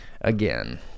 again